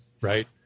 right